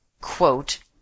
quote